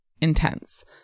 intense